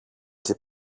και